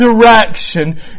direction